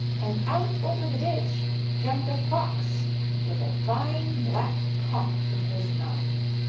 and out over the ditch jumped a fox with a fine black cock in his mouth.